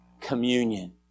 communion